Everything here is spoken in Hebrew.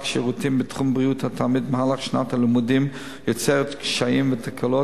שירותים בתחום בריאות התלמיד במהלך שנת לימודים יוצרת קשיים ותקלות,